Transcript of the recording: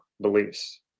beliefs